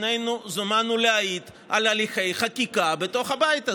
שנינו זומנו להעיד על הליכי חקיקה בתוך הבית הזה.